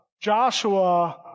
Joshua